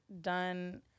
done